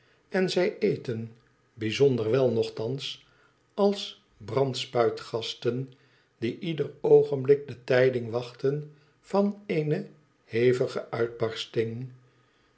en zij eten bijzonder wel nochtans als brandspuitgasten die ieder oogenblik de tijding wachten van eene hevige uitbarsting